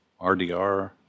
RDR